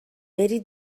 بری